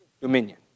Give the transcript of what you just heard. dominion